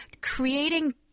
Creating